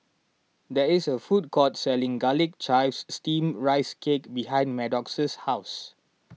there is a food court selling Garlic Chives Steamed Rice Cake behind Maddox's house